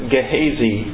Gehazi